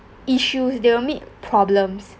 issues they will meet problems